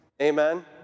Amen